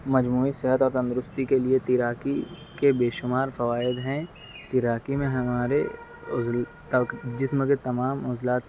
مجموعی صحت اور تندرستی کے لیے تیراکی کے بے شمار فوائد ہیں تیراکی میں ہمارے عُزل جسم کے تمام عُزلات